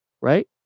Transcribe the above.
Right